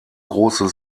große